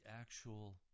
actual